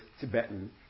Tibetan